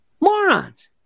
Morons